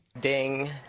Ding